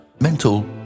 mental